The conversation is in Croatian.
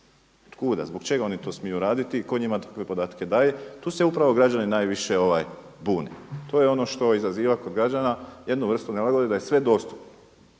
Od kuda, zbog čega oni to smiju raditi i tko njima takve podatke daje? Tu se upravo građani najviše bune, to je ono što izaziva kod građana jednu vrstu nelagode da je sve dostupno.